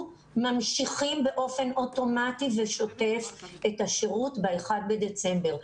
ממשיכים באופן אוטומטי ושוטף את השירות באחד בדצמבר.